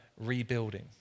rebuilding